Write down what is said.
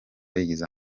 yigiza